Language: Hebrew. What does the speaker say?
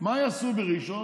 מה יעשו בראשון?